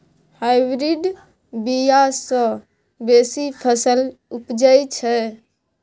hybrid बीया सँ बेसी फसल उपजै छै